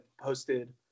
posted